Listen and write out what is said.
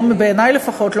בעיני לפחות,